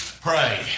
pray